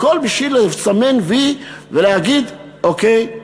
הכול בשביל לסמן "וי" ולהגיד: אוקיי,